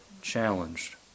challenged